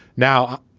now,